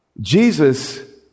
Jesus